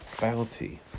bounty